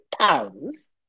pounds